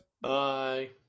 Bye